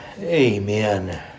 Amen